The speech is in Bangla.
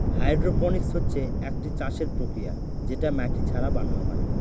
হাইড্রপনিক্স হচ্ছে একটি চাষের প্রক্রিয়া যেটা মাটি ছাড়া বানানো হয়